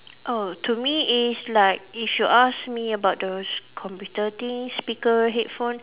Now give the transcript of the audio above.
oh to me it is like if you ask me about the computer things speaker headphone